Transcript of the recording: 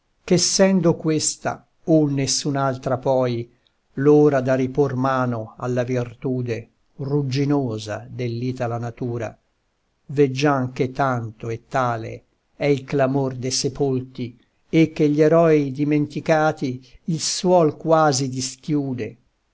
immortale ch'essendo questa o nessun'altra poi l'ora da ripor mano alla virtude rugginosa dell'itala natura veggiam che tanto e tale è il clamor de sepolti e che gli eroi dimenticati il suol quasi dischiude